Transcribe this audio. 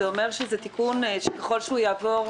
זה אומר שזה תיקון, שככל שהוא יעבור,